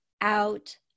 out